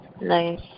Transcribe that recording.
Nice